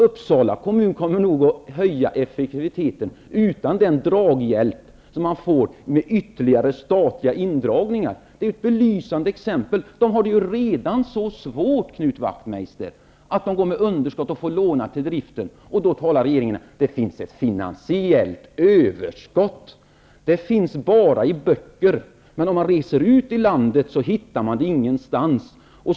Uppsala kommun kommer nog att höja effektiviteten utan den ''draghjälp'' man får med ytterligare statliga indragningar. Det är ett belysande exempel. De har redan så svårt, Knut Wachtmeister, att de går med underskott och måste låna till driften. I det läget talar regeringen om att det finns ett finansiellt överskott. Sådant finns bara i böcker. Ute i landet hittar man det ingenstans.